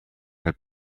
had